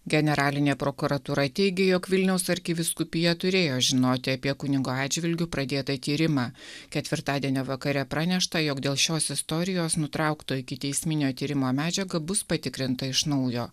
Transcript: generalinė prokuratūra teigė jog vilniaus arkivyskupija turėjo žinoti apie kunigo atžvilgiu pradėtą tyrimą ketvirtadienio vakare pranešta jog dėl šios istorijos nutraukto ikiteisminio tyrimo medžiaga bus patikrinta iš naujo